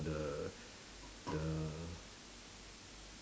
the the